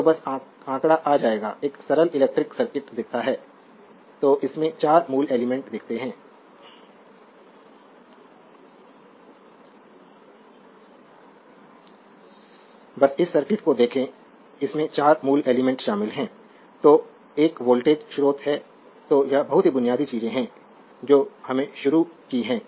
तो बस आंकड़ा आ जाएगा एक सरल इलेक्ट्रिक सर्किट दिखाता है तो इसमें 4 मूल एलिमेंट दिखते है स्लाइड समय देखें 0447 बस इस सर्किट को देखें इसमें चार मूल एलिमेंट शामिल हैं तो एक वोल्टेज स्रोत है तो यह बहुत ही बुनियादी चीजें हैं जो हमने शुरू की हैं